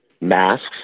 masks